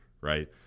right